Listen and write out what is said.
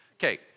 Okay